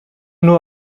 nur